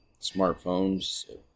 Smartphones